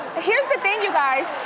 here's the thing you guys.